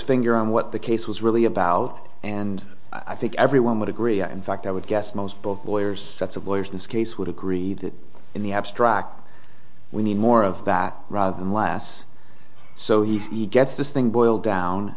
finger on what the case was really about and i think everyone would agree in fact i would guess most both lawyers sets of lawyers in this case would agree that in the abstract we need more of that rather than last so he gets this thing boiled down